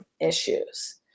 issues